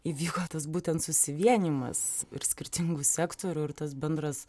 įvyko tas būtent susivienijimas ir skirtingų sektorių ir tas bendras